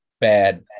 bad